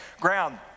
ground